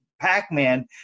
Pac-Man